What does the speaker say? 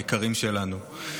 היקרים שלנו,